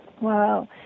Wow